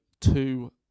two